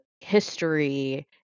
history